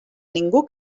ningú